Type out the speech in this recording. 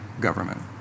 government